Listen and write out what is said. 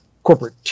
corporate